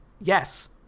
yes